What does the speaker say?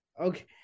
okay